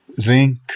zinc